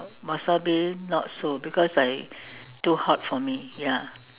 wasabi not so because like too hot for me ya